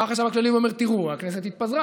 בא החשב הכללי ואומר: תראו, הכנסת התפזרה.